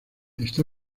está